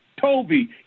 Toby